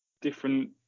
different